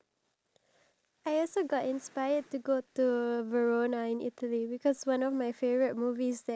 before I determine whether or not that country is a country that I really want to visit